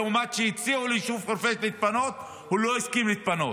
למרות שהציעו ליישוב חורפיש להתפנות הוא לא הסכים להתפנות.